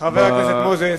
חבר הכנסת מוזס,